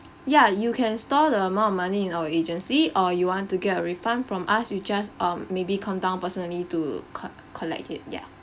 ya you can store the amount of money in our agency or you want to get a refund from us you just um maybe come down personally to co~ collect it ya